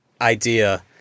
idea